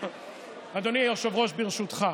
אדוני היושב-ראש, ברשותך,